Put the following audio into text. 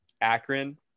Akron